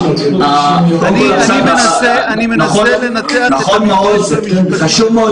אני מנסה לנתח --- נכון מאוד- -- וחשוב מאוד